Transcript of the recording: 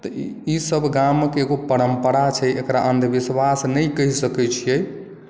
तऽ ई सभ गामके एगो परम्परा छै एकरा अन्धविश्वाश नहि कहि सकै छियै